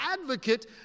advocate